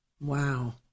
Wow